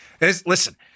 Listen